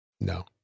No